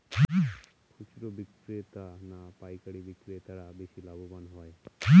খুচরো বিক্রেতা না পাইকারী বিক্রেতারা বেশি লাভবান হয়?